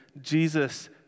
Jesus